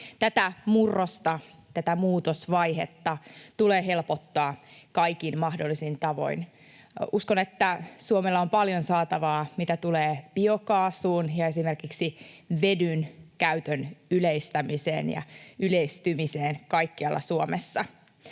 Tätä murrosta, tätä muutosvaihetta, tulee helpottaa kaikin mahdollisin tavoin. Uskon, että Suomella on paljon saatavaa, mitä tulee biokaasuun ja esimerkiksi vedyn käytön yleistämiseen ja yleistymiseen kaikkialla Suomessa.